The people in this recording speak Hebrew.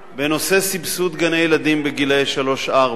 בנושא סבסוד גני-ילדים בגיל שלוש-ארבע,